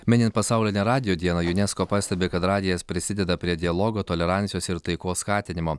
minint pasaulinę radijo dieną junesko pastebi kad radijas prisideda prie dialogo tolerancijos ir taikos skatinimo